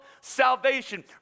salvation